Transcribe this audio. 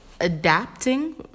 adapting